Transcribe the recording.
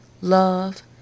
love